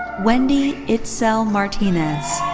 wendy itsel martinez.